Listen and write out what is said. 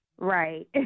Right